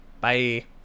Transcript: bye